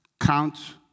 Count